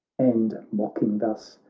and mocking thus,